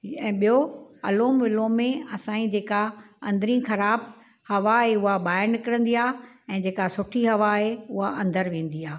ऐं ॿियो अलोम विलोम में असांजी जेका अंदरी ख़राबु हवा आहे उहा ॿाहिरि निकिरंदी आहे ऐं जेका सुठी हवा आहे उहा अंदरि वेंदी आहे